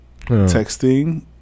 texting